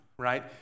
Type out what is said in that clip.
right